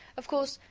of course,